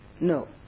No